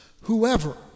whoever